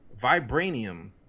vibranium